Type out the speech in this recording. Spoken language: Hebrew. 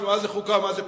מה זה חוקה ומה זה פרלמנט.